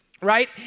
Right